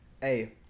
Hey